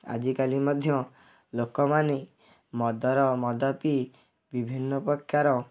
ଆଜି ଆଜି କାଲି ମଧ୍ୟ ଲୋକମାନେ ମଦର ମଦ ପିଇ ବିଭିନ୍ନ ପ୍ରକାର